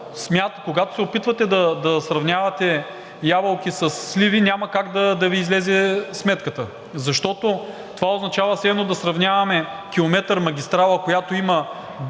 когато се опитвате да сравнявате ябълки със сливи, няма как да Ви излезе сметката. Защото това означава все едно да сравняваме километър магистрала, която има